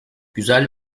güzel